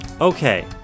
Okay